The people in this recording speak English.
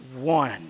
one